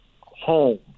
home